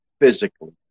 physically